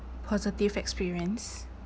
positive experience